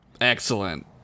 Excellent